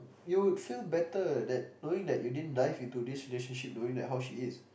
you would feel better that knowing that you didn't dive into this relationship knowing that how she is